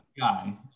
guy